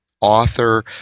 author